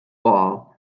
ball